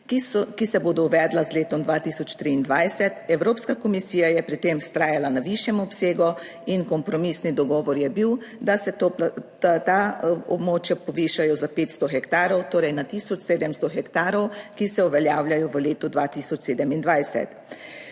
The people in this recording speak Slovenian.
ki se bodo uvedla z letom 2023. Evropska komisija je pri tem vztrajala na višjem obsegu in kompromisni dogovor je bil, da se ta območja povišajo za 500 hektarov, torej na 1700 hektarov, ki se uveljavljajo v letu 2027.